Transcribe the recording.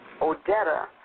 Odetta